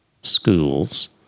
schools